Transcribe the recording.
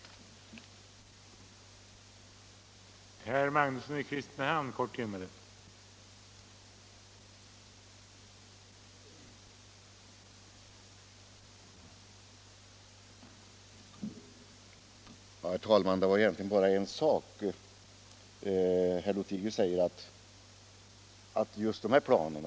Bromma flygplats Bromma flygplats